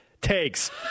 takes